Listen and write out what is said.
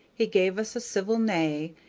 he gave us a civil neigh,